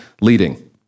leading